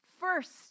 First